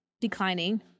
declining